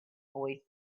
boy